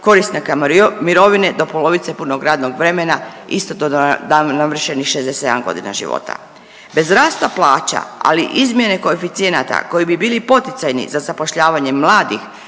korisnika mirovine do polovice punog radnog vremena isto do navršenih 67 godina života. Bez rasta plaća, ali i izmjene koeficijenata koji bi bili poticajni za zapošljavanje mladih,